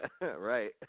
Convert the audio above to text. Right